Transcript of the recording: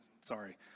sorry